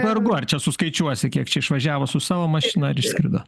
vargu ar čia suskaičiuosi kiek čia išvažiavo su savo mašina ir išskrido